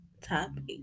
topic